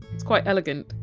it's quite elegant.